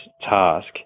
task